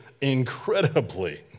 incredibly